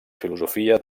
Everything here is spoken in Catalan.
filosofia